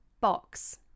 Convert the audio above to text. box